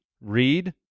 read